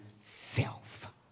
self